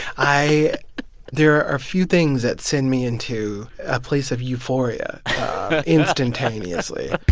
i there are a few things that send me into a place of euphoria instantaneously